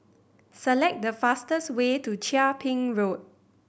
select the fastest way to Chia Ping Road